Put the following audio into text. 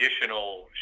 additional